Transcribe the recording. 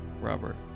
Robert